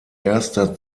erster